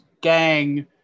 gang